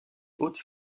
hautes